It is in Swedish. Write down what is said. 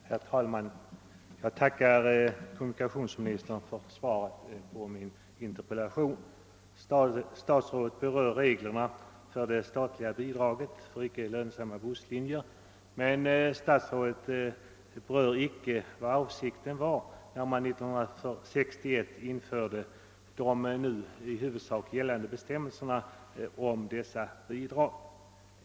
Herr talman! Jag tackar kommunikationsministern för svaret på min interpellation. Statsrådet berörde reglerna för det statliga bidraget till icke lönsamma busslinjer men nämnde inte vad som var avsikten när man 1961 införde de nu i huvudsak gällande bestämmelserna om dessa bidrag.